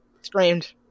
Screamed